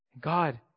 God